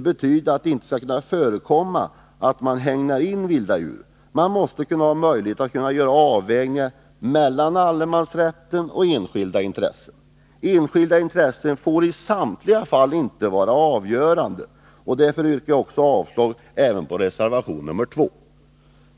betyder dock inte att det blir ett förbud mot att sätta upp inhägnader för vilda djur. Här måste det skapas möjligheter att göra avvägningar mellan allemansrätten och enskilda intressen. De enskilda intressena skall inte alltid få vara avgörande. Därför yrkar jag avslag även på reservation nr 2.